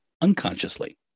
unconsciously